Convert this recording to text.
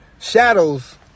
Shadows